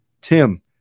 Tim